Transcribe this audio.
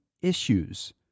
issues